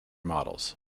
models